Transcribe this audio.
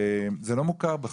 וזה לא מוכר בכלל.